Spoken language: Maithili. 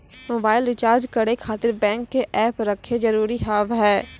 मोबाइल रिचार्ज करे खातिर बैंक के ऐप रखे जरूरी हाव है?